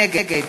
נגד